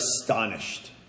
astonished